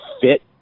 fit